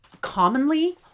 commonly